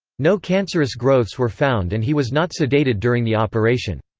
no cancerous growths were found and he was not sedated during the operation.